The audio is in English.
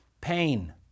Pain